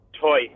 Toy